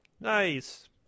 Nice